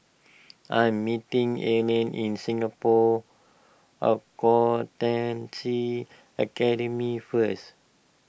I am meeting Allen in Singapore Accountancy Academy first